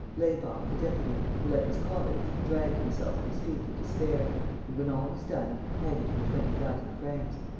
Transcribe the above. laybach the deputy, who, like his colleagues, dragged himself at his feet in despair and, when all was done, handed him twenty thousand francs.